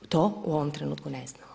To u ovom trenutku ne znamo.